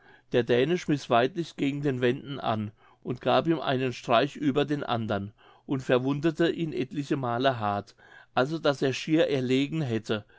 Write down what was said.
der däne schmiß weidlich gegen den wenden an und gab ihm einen streich über den andern und verwundete ihn etlichemal hart also daß er schier erlegen hätte